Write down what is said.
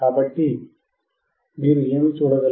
కాబట్టి మీరు ఏమి చూడగలరు